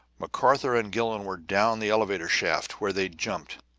mcarthur and gillon were down the elevator shaft, where they'd jumped.